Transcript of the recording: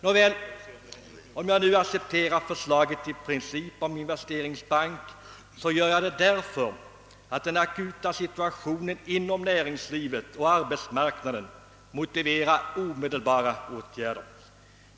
Nåväl — om jag nu i princip accepterar förslaget om investeringsbanken, så gör jag det därför att den akuta situationen inom näringslivet och på arbetsmarknaden motiverar omedelbara åtgärder.